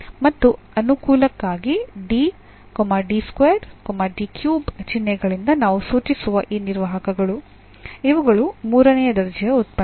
ಮತ್ತು ಅನುಕೂಲಕ್ಕಾಗಿ ಚಿಹ್ನೆಗಳಿಂದ ನಾವು ಸೂಚಿಸುವ ಈ ನಿರ್ವಾಹಕಗಳು ಇವುಗಳು ಮೂರನೇ ದರ್ಜೆಯ ಉತ್ಪನ್ನ